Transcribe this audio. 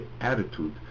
attitude